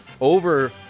over